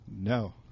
No